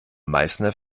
meißner